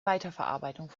weiterverarbeitung